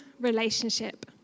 relationship